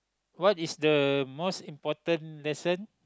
what is the most important lesson